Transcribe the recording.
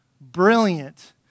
brilliant